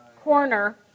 corner